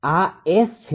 આ S છે